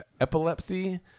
epilepsy